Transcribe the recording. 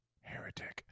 Heretic